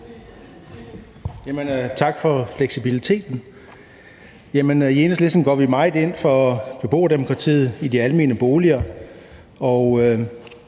Tak for fleksibiliteten. I Enhedslisten går vi meget ind for beboerdemokratiet i de almene boliger,